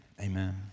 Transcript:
amen